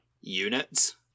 units